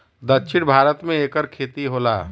दक्षिण भारत मे एकर खेती होला